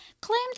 claimed